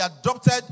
adopted